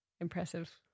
impressive